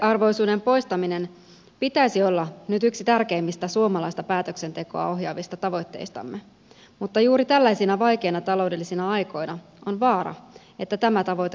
eriarvoisuuden poistamisen pitäisi olla nyt yksi tärkeimmistä suomalaista päätöksentekoa ohjaavista tavoitteistamme mutta juuri tällaisina vaikeina taloudellisina aikoina on vaara että tämä tavoite unohtuu